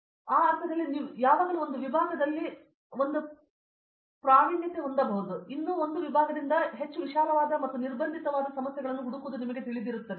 ಆದ್ದರಿಂದ ಆ ಅರ್ಥದಲ್ಲಿ ನೀವು ಯಾವಾಗಲೂ ಒಂದು ವಿಭಾಗದಲ್ಲಿ ಒಂದು ಪಾದವನ್ನು ಹೊಂದಬಹುದು ಮತ್ತು ಇನ್ನೂ ಒಂದು ವಿಭಾಗದಿಂದ ಹೆಚ್ಚು ವಿಶಾಲವಾದ ಮತ್ತು ನಿರ್ಬಂಧಿತವಾದ ಸಮಸ್ಯೆಗಳನ್ನು ಹುಡುಕುವುದು ನಿಮಗೆ ತಿಳಿದಿದೆ